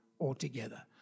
altogether